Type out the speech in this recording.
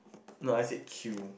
no I said queue